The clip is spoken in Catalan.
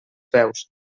peus